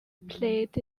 played